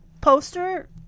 poster